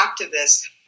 activists